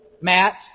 Matt